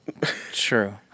True